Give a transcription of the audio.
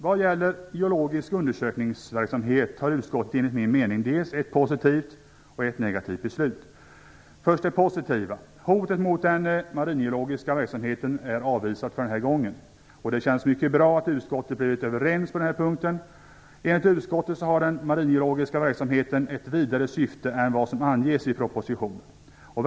Vad gäller geologisk undersökningsverksamhet har utskottet enligt min mening dels ett positivt, dels ett negativt beslut. Först det positiva: Hotet mot den maringeologiska verksamheten är avvisat för denna gång. Det känns mycket bra att utskottet blivit överens på denna punkt. Enligt utskottet har den maringeologiska verksamheten ett vidare syfte än vad som anges i propositionen.